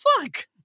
fuck